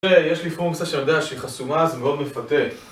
ויש לי פונקציה שאני יודע שהיא חסומה, זה מאוד מפתה